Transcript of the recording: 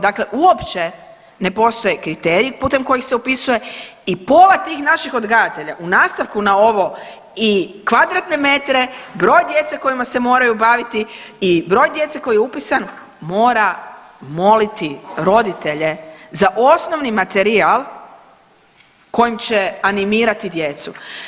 Dakle, uopće ne postoje kriteriji putem kojih se upisuje i pola tih naših odgajatelja u nastavku na ovo i kvadratne metre, i broj djece kojima se moraju baviti i broj djece koji je upisan mora moliti roditelje za osnovni materijal kojim će animirati djece.